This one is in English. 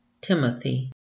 Timothy